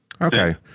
Okay